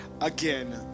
again